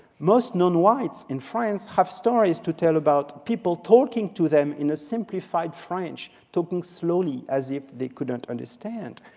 most nonwhites in france have stories to tell about people talking to them in a simplified french. talking slowly, as if they couldn't understand.